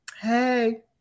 Hey